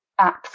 apps